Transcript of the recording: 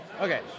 Okay